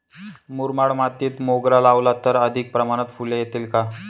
मुरमाड मातीत मोगरा लावला तर अधिक प्रमाणात फूले येतील का?